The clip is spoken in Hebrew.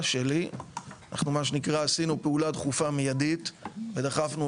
שלי אנחנו מה שנקרא עשינו פעולה דחופה מיידית ודחפנו